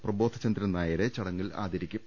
പ്രബോധചന്ദ്രൻനായരെ ചടങ്ങിൽ ആദ രിക്കും